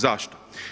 Zašto?